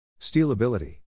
Stealability